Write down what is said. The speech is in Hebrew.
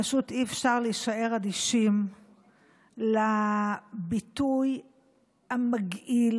פשוט אי-אפשר להישאר אדישים לביטוי המגעיל